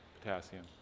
potassium